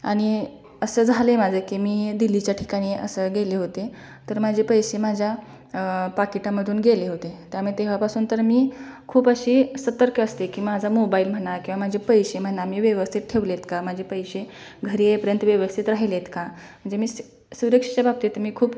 आणि असं झालं आहे माझं की मी दिल्लीच्या ठिकाणी असं गेले होते तर माझे पैसे माझ्या पाकिटामधून गेले होते त्यामुळे तेव्हापासून तर मी खूप अशी सतर्क असते की माझा मोबाईल म्हणा किंवा माझे पैसे म्हणा मी व्यवस्थित ठेवले आहेत का माझे पैसे घरी येईपर्यंत व्यवस्थित राहिले आहेत का म्हणजे मी सुरक्षेबाबतीत मी खूप